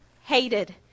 hated